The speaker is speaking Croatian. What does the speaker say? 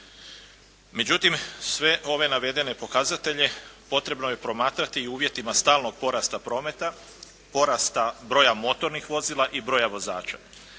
Međutim, sve ove navedene pokazatelje potrebno je promatrati i u uvjetima stalnog porasta prometa, porasta broja motornih vozila i broja vozača.